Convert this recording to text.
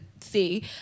see